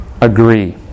agree